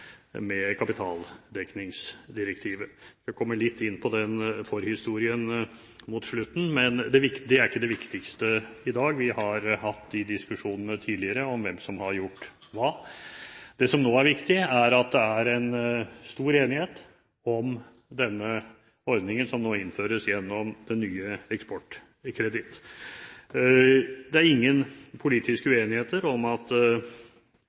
kapitaldekningsdirektivet. Jeg kommer litt inn på den forhistorien mot slutten, men det er ikke det viktigste i dag. Vi har hatt de diskusjonene om hvem som har gjort hva, tidligere. Det som nå er viktig, er at det er stor enighet om ordningen som nå innføres gjennom det nye Eksportkreditt Norge AS. Det er ingen politiske uenigheter om